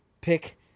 pick